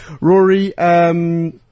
Rory